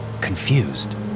confused